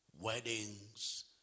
weddings